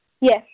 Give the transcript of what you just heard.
yes